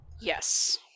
Yes